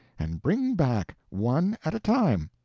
and bring back one at a time.